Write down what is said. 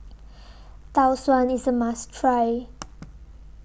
Tau Suan IS A must Try